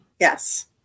Yes